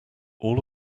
all